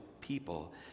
people